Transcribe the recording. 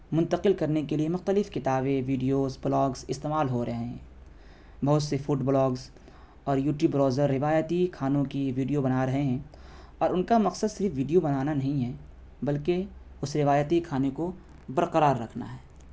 منتقل کرنے کے لیے مختلف کتابیں ویڈیوز بلاگز استعمال ہو رہے ہیں بہت سی فوڈ بلاگز اور یو ٹی براؤزر روایتی کھانوں کی ویڈیو بنا رہے ہیں اور ان کا مقصد صرف ویڈیو بنانا نہیں ہے بلکہ اس روایتی کھانے کو برقرار رکھنا ہے